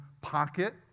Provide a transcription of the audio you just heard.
pocket